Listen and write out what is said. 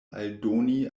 aldoni